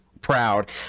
proud